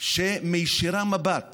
שמישירה מבט